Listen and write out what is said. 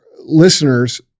listeners